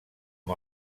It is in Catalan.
amb